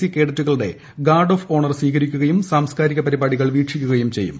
C കേഡറ്റുകളുടെ guard of honour സ്വീകരിക്കുകയും സാംസ്ക്കാരിക പരിപാടികൾ വീക്ഷിക്കുകയും ചെയ്യും